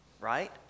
Right